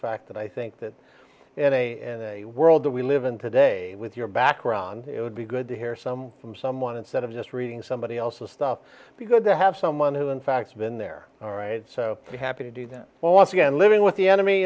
fact that i think that an a and a world that we live in today with your background it would be good to hear some from someone instead of just reading somebody else's stuff because they have someone who in fact been there all right so happy to do that well once again living with the enemy